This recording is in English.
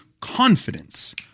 confidence